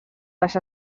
les